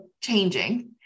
changing